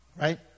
Right